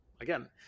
again